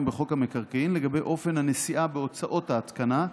בחוק המקרקעין לגבי אופן הנשיאה בהוצאות ההתקנה,